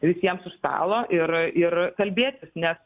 visiems už stalo ir ir kalbėtis nes